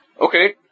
Okay